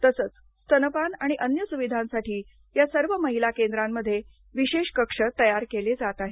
तसंच स्तनपान आणि अन्य सुविधांसाठी या सर्व महिला केंद्रांमध्ये विशेष कक्ष तयार केले जात आहेत